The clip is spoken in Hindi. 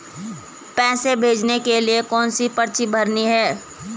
पैसे भेजने के लिए कौनसी पर्ची भरनी है?